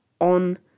on